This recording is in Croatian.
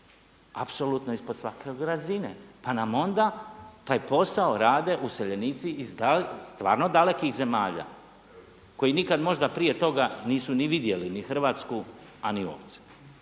apsolutno ispod svake razine, pa nam onda taj posao rade useljenici iz stvarno dalekih zemalja koji nikad možda prije toga nisu ni vidjeli Hrvatsku, a ni ovce.